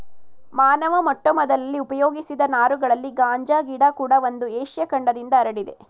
ಮಾನವ ಮೊಟ್ಟಮೊದಲಲ್ಲಿ ಉಪಯೋಗಿಸಿದ ನಾರುಗಳಲ್ಲಿ ಗಾಂಜಾ ಗಿಡ ಕೂಡ ಒಂದು ಏಷ್ಯ ಖಂಡದಿಂದ ಹರಡಿದೆ